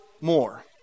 more